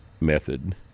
method